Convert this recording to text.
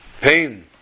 pain